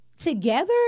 together